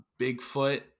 bigfoot